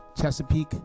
Chesapeake